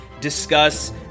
discuss